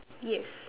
yes